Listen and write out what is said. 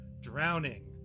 drowning